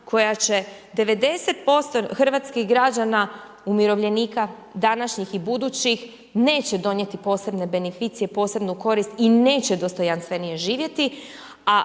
koja će 90% hrvatskih građana umirovljenika, današnjih i budućih neće donijeti posebne beneficije, posebnu korist i neće dostojanstvenije živjeti. A